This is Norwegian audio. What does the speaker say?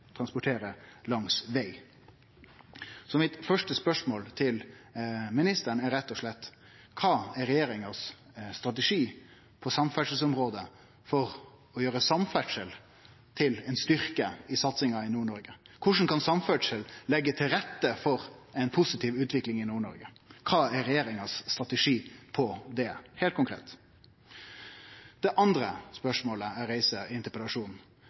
transportere langs veg. Så mitt første spørsmål til ministeren er rett og slett: Kva er regjeringas strategi på samferdselsområdet for å gjere samferdsel til ein styrke i satsinga i Nord-Noreg, korleis kan samferdsel leggje til rette for ei positiv utvikling i Nord-Noreg, og kva er regjeringas strategi på det, heilt konkret? Det andre spørsmålet